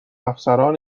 افسران